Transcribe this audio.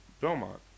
Belmont